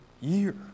year